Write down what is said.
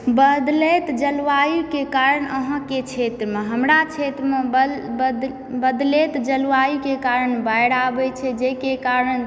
बदलैत जलवायु के कारण अहाँके क्षेत्रमे हमरा क्षेत्रमे बदलैत जलवायु के कारण बाढि आबै छै जाहि के कारण